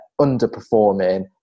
underperforming